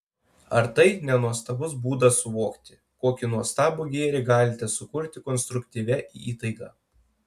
ar tai ne nuostabus būdas suvokti kokį nuostabų gėrį galite sukurti konstruktyvia įtaiga